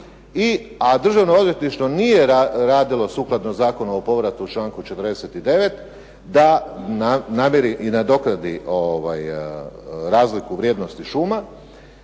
a Državno odvjetništvo nije radilo sukladno Zakonu o povratu u članku 49. da namiri i nadoknadi razliku vrijednosti šuma